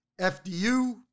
FDU